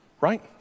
right